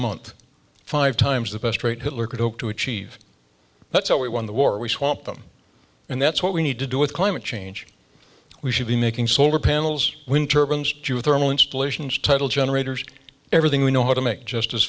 month five times the best rate hitler could hope to achieve that's how we won the war we swap them and that's what we need to do with climate change we should be making solar panels when turbans thermal installations title generators everything we know how to make just as